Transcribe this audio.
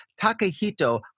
Takahito